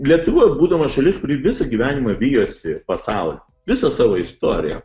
lietuva būdama šalis kuri visą gyvenimą vijosi pasaulį visą savo istoriją